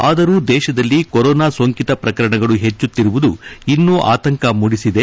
ಆದರೂ ದೇಶದಲ್ಲಿ ಕೊರೊನಾ ಸೋಂಟಿತ ಪ್ರಕರಣಗಳು ಹೆಚ್ಚುತ್ತಿರುವುದು ಇನ್ನೂ ಆತಂಕ ಮೂಡಿಸಿದೆ